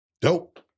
dope